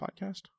podcast